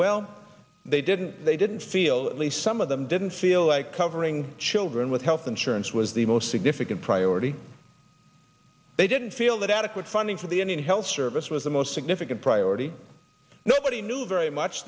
well they didn't they didn't feel least some of them didn't feel like covering children with health insurance was the most significant priority they didn't feel that adequate funding for the indian health service was the most significant priority nobody knew very much